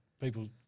people